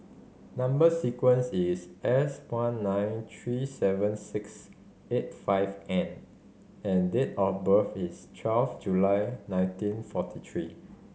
number sequence is S one nine three seven six eight five N and date of birth is twelve July nineteen forty three